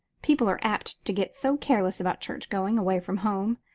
people are apt to get so careless about church-going away from home,